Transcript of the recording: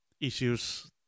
issues